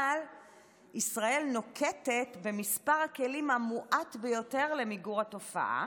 אבל ישראל נוקטת את מספר הכלים המועט ביותר למיגור התופעה